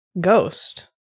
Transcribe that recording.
ghost